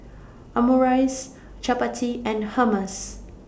Omurice Chapati and Hummus